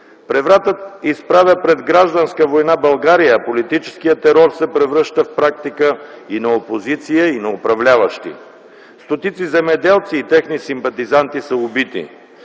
Превратът изправя пред гражданска война България, а политическият терор се превръща в практика и на опозиция, и на управляващи. Стотици земеделци и техни симпатизанти са убити,